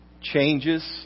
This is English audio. changes